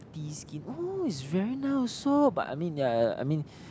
the skin oh is very nice also but I mean yeah yeah I mean